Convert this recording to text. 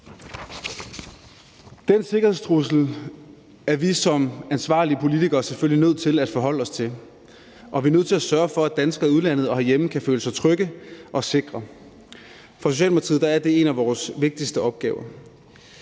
Den sikkerhedstrussel er vi som ansvarlige politikere selvfølgelig nødt til at forholde os til, og vi er nødt til at sørge for, at danskere i udlandet og herhjemme kan føle sig trygge og sikre. For Socialdemokratiet er det en af vores vigtigste opgaver.